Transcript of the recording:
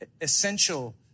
essential